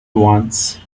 once